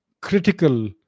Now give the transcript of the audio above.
critical